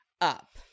up